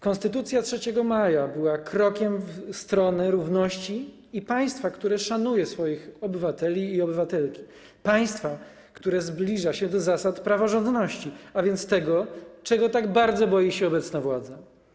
Konstytucja 3 maja była krokiem w stronę równości i państwa, które szanuje swoich obywateli i obywatelki, państwa, które zbliża się do zasad praworządności, a więc tego, czego tak bardzo boi się obecna władza.